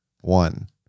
One